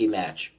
match